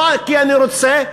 לא כי אני לא רוצה,